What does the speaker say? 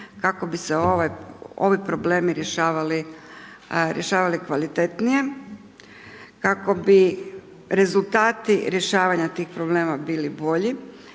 kako bi se ovi problemi rješavali kvalitetnije, kako bi rezultati rješavanja tih problema bili bolji,